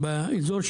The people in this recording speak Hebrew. באזור,